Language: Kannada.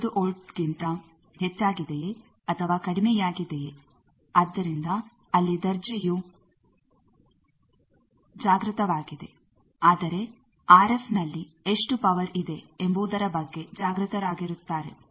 5 ವೋಲ್ಟ್ಕ್ಕಿಂತ ಹೆಚ್ಚಾಗಿದೆಯೇ ಅಥವಾ ಕಡಿಮೆಯಾಗಿದೆಯೇ ಆದ್ದರಿಂದ ಅಲ್ಲಿ ದರ್ಜೆಯು ಜಾಗೃತವಾಗಿದೆ ಆದರೆ ಆರ್ ಎಫ್ನಲ್ಲಿ ಎಷ್ಟು ಪವರ್ ಇದೆ ಎಂಬುದರ ಬಗ್ಗೆ ಜಾಗೃತರಾಗಿರುತ್ತಾರೆ